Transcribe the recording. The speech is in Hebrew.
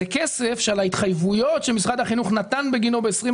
זה כסף שעל ההתחייבויות שמשרד החינוך נתן בגינו ב-2020,